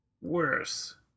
Worse